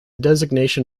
designation